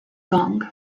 gong